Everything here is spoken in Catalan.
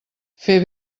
fer